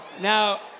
Now